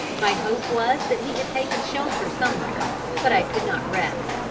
my hope was that he had taken shelter somewhere but i could not rest,